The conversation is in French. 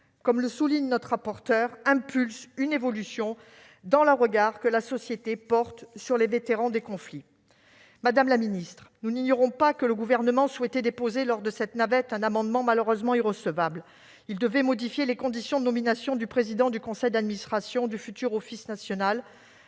comme le souligne notre rapporteure, « impulse une évolution dans le regard que la société porte sur les vétérans des conflits ». Madame la ministre, nous n'ignorons pas que le Gouvernement souhaitait déposer lors de cette navette un amendement malheureusement irrecevable : il devait modifier les conditions de nomination du président du conseil d'administration du futur Office national